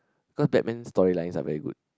cause Batman storylines are very good